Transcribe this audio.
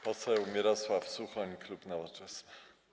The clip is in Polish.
Poseł Mirosław Suchoń, klub Nowoczesna.